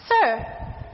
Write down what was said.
Sir